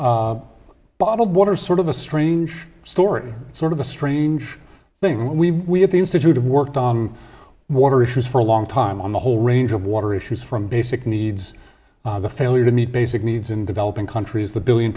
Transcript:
sure bottled water sort of a strange story sort of a strange thing we we at the institute of worked on water issues for a long time on the whole range of water issues from basic needs the failure to meet basic needs in developing countries the billion